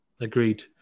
Agreed